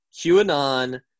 QAnon